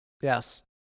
Yes